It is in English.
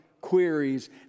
queries